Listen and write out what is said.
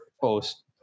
post